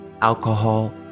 alcohol